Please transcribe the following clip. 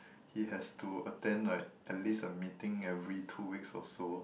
he has to attend like at least a meeting every two weeks or so